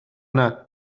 yna